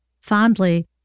fondly